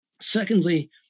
Secondly